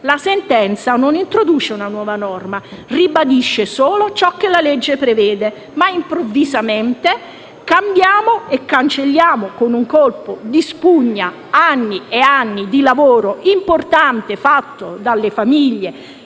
La sentenza non introduce una nuova norma: ribadisce solo ciò che prevede la legge. Improvvisamente, però, cambiamo e cancelliamo con un colpo di spugna anni di lavoro importante fatto dalle famiglie